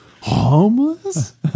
Homeless